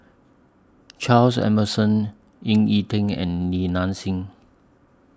Charles Emmerson Ying E Ding and Li Nanxing